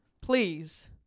please